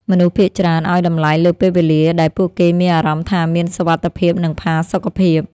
មនុស្សភាគច្រើនឱ្យតម្លៃលើពេលវេលាដែលពួកគេមានអារម្មណ៍ថាមានសុវត្ថិភាព និងផាសុកភាព។